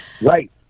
Right